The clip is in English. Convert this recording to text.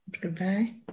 Goodbye